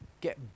get